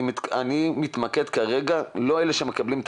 אני מתמקד כרגע לא באלה שמקבלים את